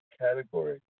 category